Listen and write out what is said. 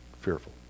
fearful